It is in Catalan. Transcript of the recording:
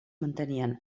mantenien